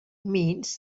means